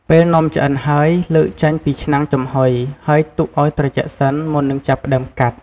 ពេលនំឆ្អិនហើយ លើកចេញពីឆ្នាំងចំហុយ ហើយទុកឲ្យត្រជាក់សិន មុននឹងចាប់ផ្ដើមកាត់។